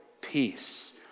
peace